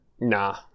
nah